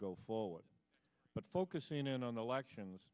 go forward but focusing in on the elections